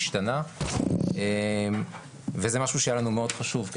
להערות השתנה וזה משהו שהיה לנו מאוד חשוב.